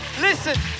Listen